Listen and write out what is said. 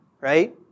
right